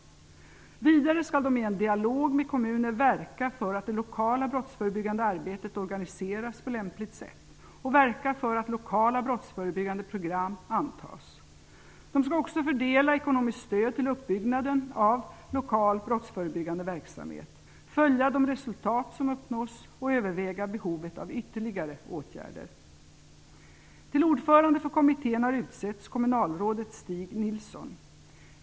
Vidare skall den i en dialog med kommuner verka för att det lokala brottsförebyggande arbetet organiseras på lämpligt sätt, och verka för att lokala brottsförebyggande program antas. Den skall också fördela ekonomiskt stöd till uppbyggnaden av lokal brottsförebyggande verksamhet, följa de resultat som uppnås och överväga behovet av ytterligare åtgärder. Till ordförande för kommittén har utsetts kommunalrådet Stig Nilsson.